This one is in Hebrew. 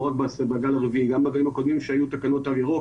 לא רק בגל הרביעי אלא גם בגלים הקודמים שהיו תקנות תו ירוק